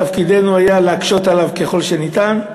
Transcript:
תפקידנו היה להקשות עליו ככל שניתן,